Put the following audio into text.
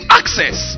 access